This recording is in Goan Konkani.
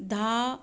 धा